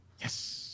Yes